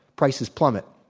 prices plummet.